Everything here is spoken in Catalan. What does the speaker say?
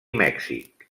mèxic